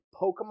Pokemon